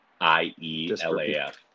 i-e-l-a-f